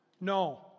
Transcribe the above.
No